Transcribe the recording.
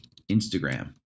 Instagram